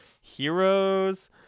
Heroes